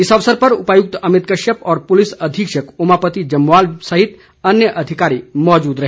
इस अवसर पर उपायुक्त अमित कश्यप और पुलिस अधीक्षक ओमापति जमवाल सहित अन्य अधिकारी मौजूद रहे